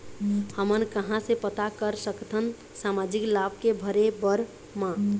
हमन कहां से पता कर सकथन सामाजिक लाभ के भरे बर मा?